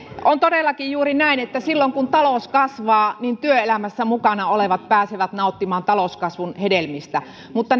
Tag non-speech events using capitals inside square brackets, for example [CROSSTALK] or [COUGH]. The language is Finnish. on todellakin juuri näin että silloin kun talous kasvaa työelämässä mukana olevat pääsevät nauttimaan talouskasvun hedelmistä mutta [UNINTELLIGIBLE]